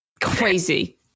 Crazy